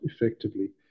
effectively